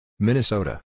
Minnesota